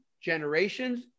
generations